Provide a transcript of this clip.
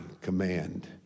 command